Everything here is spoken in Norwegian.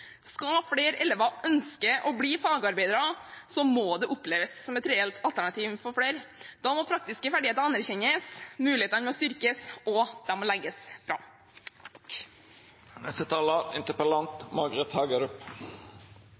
Skal flere elever ønske å bli fagarbeidere, må det oppleves som et reelt alternativ for flere. Da må praktiske ferdigheter anerkjennes, mulighetene må styrkes, og de må legges fram.